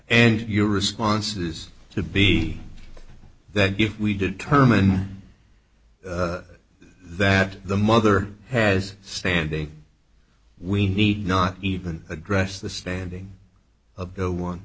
and your responses to be that if we determine that the mother has standing we need not even address the standing of the one